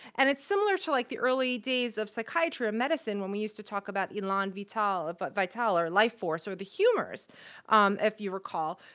and it's similar to, like, the early days of psychiatry or medicine when we used to talk about elan vital ah but vital or life force or the humors if you recall.